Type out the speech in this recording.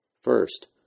First